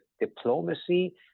diplomacy